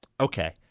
Okay